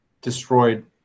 destroyed